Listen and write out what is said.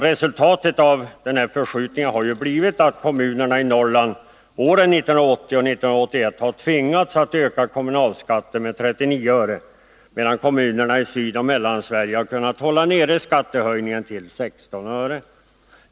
Resultatet av förskjutningen har blivit att kommunerna i Norrland åren 1980 och 1981 har tvingats öka kommunalskatten med 39 öre, medan kommunerna i Sydoch Mellansverige har kunnat hålla nere skattehöjningen till 16 öre.